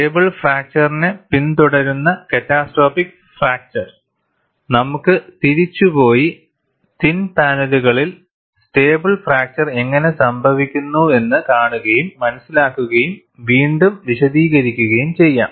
stable ഫ്രാക്ചറിനെ പിന്തുടരുന്ന catastrophic fracture നമുക്ക് തിരിച്ചുപോയി തിൻ പാനലുകളിൽ സ്റ്റേബിൾ ഫ്രാക്ചർ എങ്ങനെ സംഭവിക്കുന്നുവെന്ന് കാണുകയും മനസിലാക്കുകയും വീണ്ടും വിശദീകരിക്കുകയുംചെയ്യാം